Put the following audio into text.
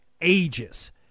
ages